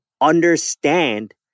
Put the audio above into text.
understand